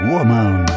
Woman